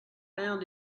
found